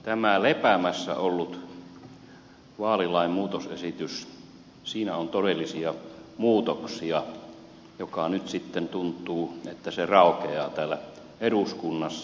tässä lepäämässä olleessa vaalilain muutosesityksessä on todellisia muutoksia ja nyt sitten tuntuu että se raukeaa täällä eduskunnassa